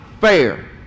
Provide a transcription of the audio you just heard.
fair